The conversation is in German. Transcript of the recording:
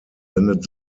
sendet